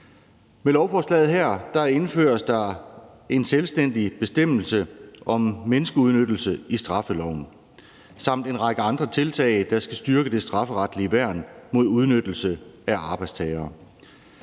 Med lovforslaget her indføres der en selvstændig bestemmelse om menneskeudnyttelse i straffeloven samt en række andre tiltag, der skal styrke det strafferetlige værn mod udnyttelse af arbejdstagere.